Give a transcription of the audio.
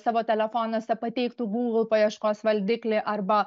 savo telefonuose pateiktų google paieškos valdiklį arba